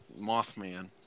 Mothman